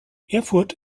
erfurt